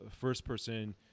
first-person